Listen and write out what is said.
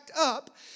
up